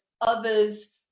others